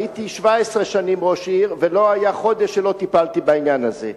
הייתי 17 שנים ראש עיר ולא היה חודש שלא טיפלתי בעניין הזה.